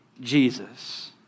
Jesus